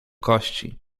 kości